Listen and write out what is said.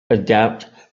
adapt